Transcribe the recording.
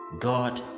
God